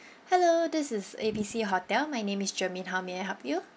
hello this is A B C hotel my name is germaine how may I help you